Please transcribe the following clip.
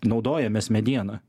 naudojamės mediena